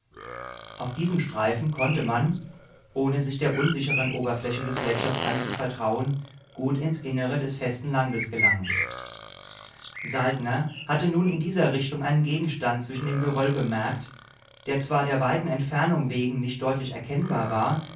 auf diesem streifen konnte man ohne sich der unsicheren oberfläche des gletschers anzuvertrauen gut ins innere des festen landes gelangen saltner hatte nun in dieser richtung einen gegenstand zwischen dem geröll bemerkt der zwar der weiten entfernung wegen nicht deutlich erkennbar war